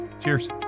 Cheers